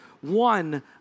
one